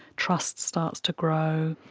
trust starts to grow,